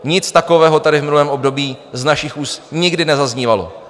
Nic takového tady v minulém období z našich úst nikdy nezaznívalo.